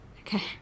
okay